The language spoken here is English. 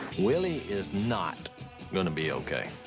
willie is not gonna be okay.